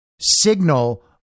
signal